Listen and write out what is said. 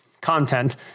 content